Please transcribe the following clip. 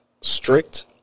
strict